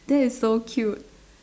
that is so cute